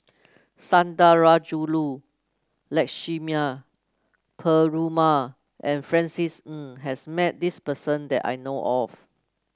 Sundarajulu Lakshmana Perumal and Francis Ng has met this person that I know of